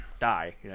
die